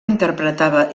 interpretava